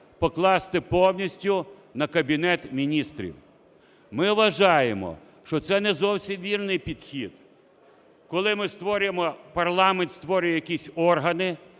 покласти повністю на Кабінет Міністрів. Ми вважаємо, що це не зовсім вірний підхід. Коли ми створюємо, парламент створює якісь органи,